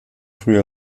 früh